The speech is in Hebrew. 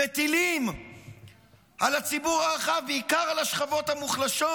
מטילה על הציבור הרחב, בעיקר על השכבות המוחלשות,